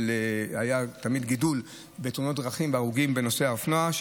היה תמיד גידול בתאונות דרכים והרוגים בנושא האופנועים.